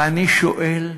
ואני שואל: